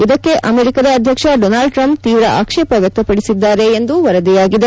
ಇದಕ್ಕೆ ಅಮೆರಿಕದ ಅಧ್ಯಕ್ಷ ಡೊನಾಲ್ಡ್ ಟ್ರಂಪ್ ತೀವ್ರ ಆಕ್ಷೇಪ ವ್ಯಕ್ತಪಡಿಸಿದ್ದಾರೆ ಎಂದು ವರದಿಯಾಗಿದೆ